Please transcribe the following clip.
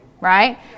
right